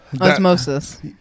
Osmosis